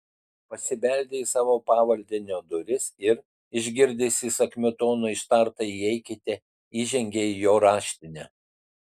pasibeldė į savo pavaldinio duris ir išgirdęs įsakmiu tonu ištartą įeikite įžengė į jo raštinę